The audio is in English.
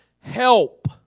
Help